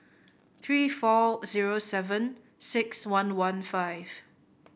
three four zero seven six one one five